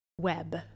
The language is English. web